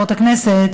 חברותיי חברות הכנסת,